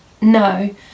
no